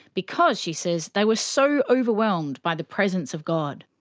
because she says they were so overwhelmed by the presence of god.